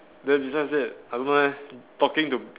then this one is that I don't know leh talking to